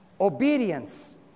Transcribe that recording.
Obedience